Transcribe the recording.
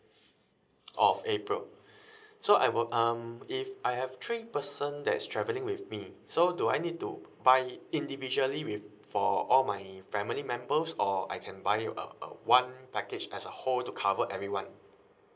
of april so I will um if I have three person that is traveling with me so do I need to buy individually with for all my family members or I can buy it uh uh one package as a whole to cover everyone